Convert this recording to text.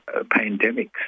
Pandemics